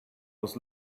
was